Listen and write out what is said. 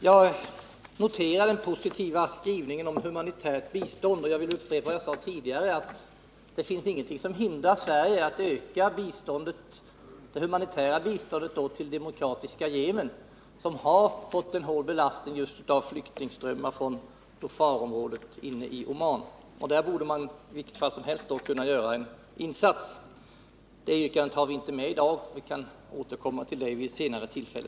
Jag noterar den positiva skrivningen om humanitärt bistånd, och jag vill upprepa vad jag sade tidigare, nämligen att det finns ingenting som hindrar Sverige från att öka det humanitära biståndet till Demokratiska folkrepubliken Yemen som har fått en hård belastning av flyktingströmmar från Dhofarområdet inne i Oman. Där borde man i vilket fall som helst kunna göra en insats. Det yrkandet har vi inte med i dag. Vi kan återkomma till det vid ett senare tillfälle.